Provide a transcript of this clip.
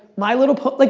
my little pony, like